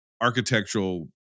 architectural